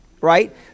right